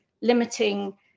limiting